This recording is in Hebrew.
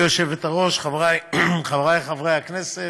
גברתי היושבת-ראש, חברי חברי הכנסת,